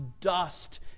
dust